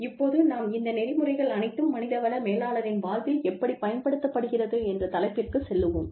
இப்போது நாம் இந்த நெறிமுறைகள் அனைத்தும் மனித வள மேலாளரின் வாழ்வில் எப்படி பயன்படுத்தப்படுகிறது என்ற தலைப்பிற்கு செல்லலாம்